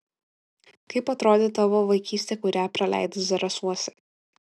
kaip atrodė tavo vaikystė kurią praleidai zarasuose